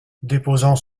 déposant